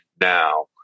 now